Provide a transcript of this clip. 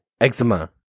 Eczema